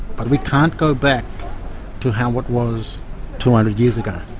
but we can't go back to how it was two hundred years ago.